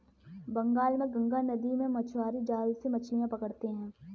बंगाल में गंगा नदी में मछुआरे जाल से मछलियां पकड़ते हैं